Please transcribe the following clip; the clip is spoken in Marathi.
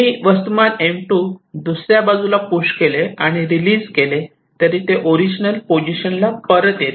मी वस्तुमान M2 दुसऱ्या बाजूला पुश केले आणि रिलीज केले तरी ते ओरिजिनल पोझिशनला परत येते